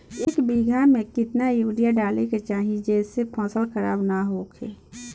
एक बीघा में केतना यूरिया डाले के चाहि जेसे फसल खराब ना होख?